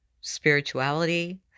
spirituality